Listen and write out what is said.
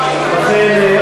לכן,